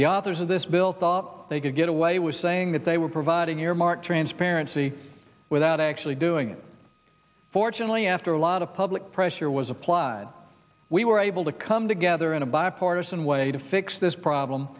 the authors of this bill thought they could get away with saying that they were providing earmark transparency without actually doing it fortunately after a lot of public pressure was applied we were able to come together in a bipartisan way to fix this problem